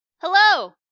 Hello